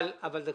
הבנו,